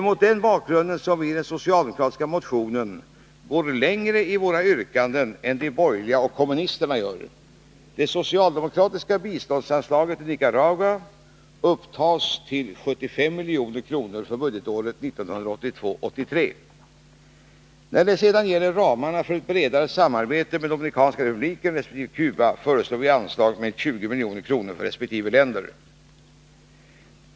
Mot den bakgrunden går vi i den socialdemokratiska motionen längre i våra yrkanden än de borgerliga och kommunisterna gör. Det socialdemokratiska biståndsanslaget till Nicaragua uppgår till 75 milj.kr. för budgetåret 1982/83. I fråga om ramarna för ett bredare samarbete med Dominikanska republiken resp. Cuba föreslår vi anslag med 20 milj.kr. för vartdera landet.